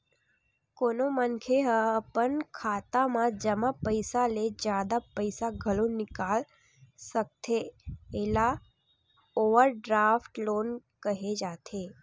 कोनो मनखे ह अपन खाता म जमा पइसा ले जादा पइसा घलो निकाल सकथे एला ओवरड्राफ्ट लोन केहे जाथे